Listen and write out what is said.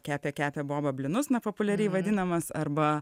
kepė kepė boba blynus na populiariai vadinamas arba